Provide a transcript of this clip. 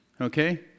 okay